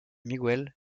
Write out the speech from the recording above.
miguel